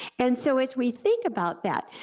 and so as we think about that,